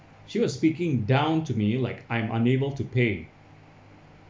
she was speaking down to me it like I'm unable to pay